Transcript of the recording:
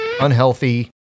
unhealthy